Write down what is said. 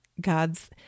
God's